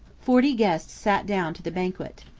forty guests sat down to the banquet.